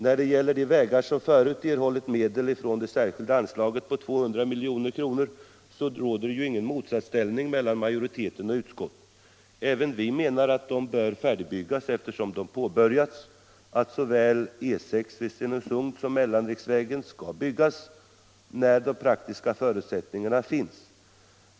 När det gäller de vägar som förut erhållit medel från det särskilda anslaget på 200 milj.kr. råder ju ingen motsatsställning mellan utskottsmajoriteten och reservanterna. Även vi inom utskottsmajoriteten menar att dessa vägar bör färdigbyggas eftersom de påbörjats och att såväl E 6 vid Stenungsund som mellanriksvägen skall byggas när de praktiska förutsättningarna finns.